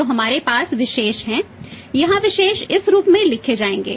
तो हमारे पास विशेष हैं यहाँ विशेष इस रूप में रखे जाएंगे